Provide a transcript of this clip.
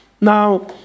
Now